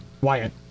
Wyatt